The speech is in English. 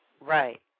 Right